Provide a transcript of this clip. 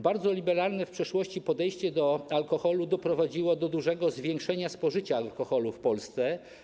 Bardzo liberalne w przeszłości podejście do alkoholu doprowadziło do dużego zwiększenia spożycia alkoholu w Polsce.